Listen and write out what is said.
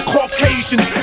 Caucasians